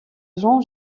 jean